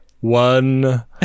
one